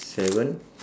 seven